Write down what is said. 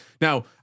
Now